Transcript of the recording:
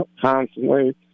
constantly